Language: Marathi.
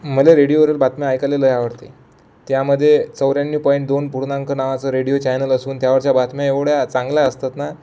मले रेडिओवरून बातम्या ऐकाले लय आवडते त्यामध्ये चौऱ्याण्णव पॉईंट दोन पूर्णांक नावाचं रेडिओ चॅनल असून त्यावरच्या बातम्या एवढ्या चांगल्या असतात ना